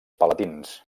palatins